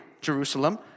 Jerusalem